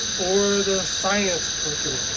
or the science curriculum.